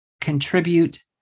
contribute